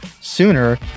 sooner